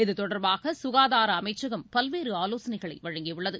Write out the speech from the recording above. இது தொடர்பாக சுகாதார அமைச்சகம் பல்வேறு ஆலோசனைகளை வழங்கியுள்ளது